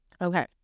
Okay